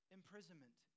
imprisonment